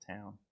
town